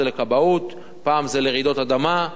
פעם זה לרעידות אדמה,